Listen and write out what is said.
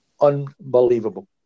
Unbelievable